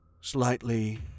slightly